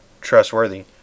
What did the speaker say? trustworthy